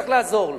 צריך לעזור לו,